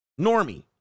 Normie